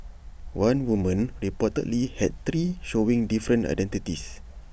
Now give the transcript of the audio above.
one woman reportedly had three showing different identities